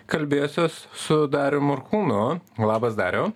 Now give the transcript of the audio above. kalbėsiuos su darium morkūnu labas dariau